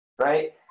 Right